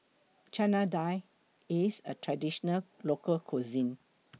Chana Dal IS A Traditional Local Cuisine